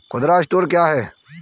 खुदरा स्टोर क्या होता है?